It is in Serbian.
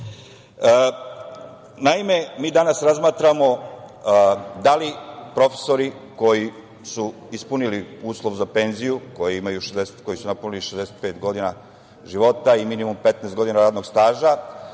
mi danas razmatramo da li profesori koji su ispunili uslov za penziju, koji su napunili 65 godina života i minimum 15 godina radnog staža,